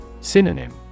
Synonym